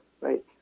right